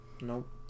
Nope